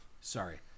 sorry